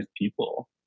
people